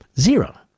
Zero